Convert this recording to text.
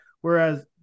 whereas